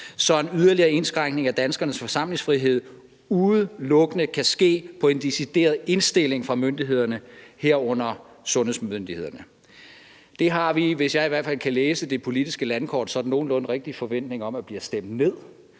så en yderligere indskrænkning af danskernes forsamlingsfrihed udelukkende kan ske på en decideret indstillingen fra myndighederne, herunder sundhedsmyndighederne. Det har vi, i hvert fald hvis jeg kan læse det politiske landkort sådan nogenlunde rigtigt, en forventning om bliver stemt ned,